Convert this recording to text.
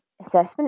assessment